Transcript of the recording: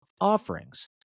offerings